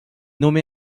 nommé